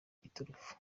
iturufu